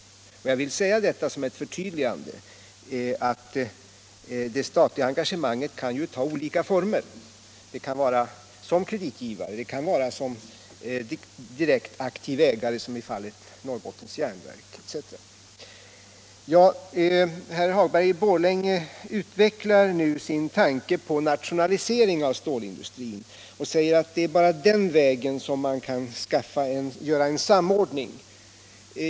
Jag vill göra det förtydligandet att det statliga engagemanget kan ta olika former. Det kan ske med staten som kreditgivare eller som direkt aktiv ägare, såsom fallet varit när det gäller Norrbottens Jernverk. Herr Hagberg i Borlänge utvecklar nu sin tanke på nationalisering av stålindustrin och säger att det bara är på den vägen som man kan åstadkomma en samordning.